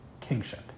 kingship